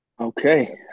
Okay